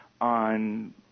on